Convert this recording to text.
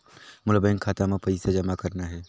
मोला बैंक खाता मां पइसा जमा करना हे?